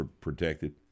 protected